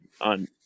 on